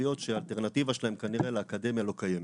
לאוכלוסיות שהאלטרנטיבה שלהן כנראה לאקדמיה לא קיימת,